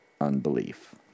unbelief